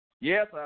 Yes